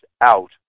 out